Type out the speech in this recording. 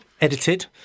edited